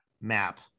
map